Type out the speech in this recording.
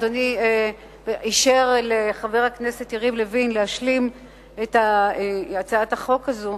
אדוני אישר לחבר הכנסת יריב לוין להשלים את הצעת החוק הזאת.